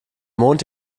mond